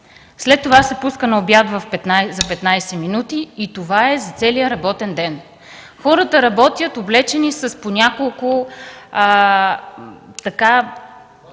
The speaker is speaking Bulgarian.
след това се пуска на обяд за 15 минути и това е за целия работен ден. Хората работят облечени с по няколко